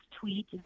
tweet